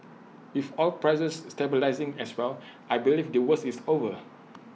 with oil prices stabilising as well I believe the worst is over